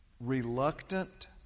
reluctant